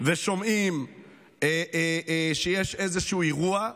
ושומעים שיש איזשהו אירוע,